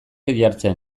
jartzen